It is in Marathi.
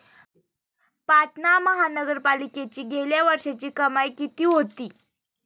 पाटणा महानगरपालिकेची गेल्या वर्षीची कमाई किती होती?